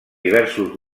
diversos